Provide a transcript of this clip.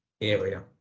area